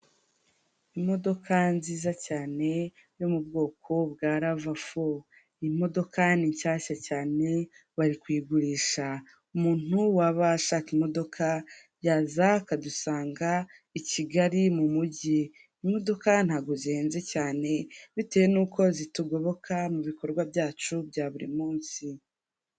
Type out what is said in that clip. Imodoka nziza cyane yo mu bwoko bwa rava fo iyi modoka ni nshyashya cyane bari kuyigurisha, umuntu waba ashaka imodoka yaza akadusanga i Kigali mu mujyi, imodoka ntabwo zihenze cyane bitewe nuko zitugoboka mu bikorwa byacu bya buri munsi.